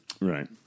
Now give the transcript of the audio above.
right